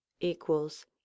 equals